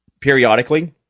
periodically